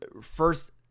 first